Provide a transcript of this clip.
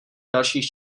dalších